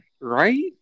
Right